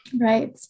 Right